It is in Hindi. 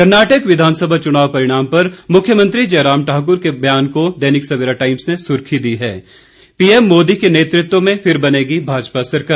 कर्नाटक विधानसभा चुनाव परिणाम पर मुख्यमंत्री जयराम ठाकुर के बयान को दैनिक सवेरा टाइम्स ने सुर्खी दी है पीएम मोदी के नेतृत्व में फिर बनेगी भाजपा सरकार